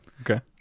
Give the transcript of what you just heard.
Okay